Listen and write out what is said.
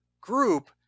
group